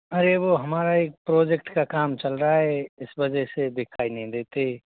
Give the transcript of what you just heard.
अरे वह हमारा एक प्रोजेक्ट का काम चल रहा है इस वजह से दिखाई नहीं देते